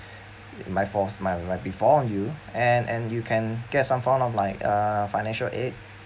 my forth mi~ might be for you and and you can get some form of like uh financial aid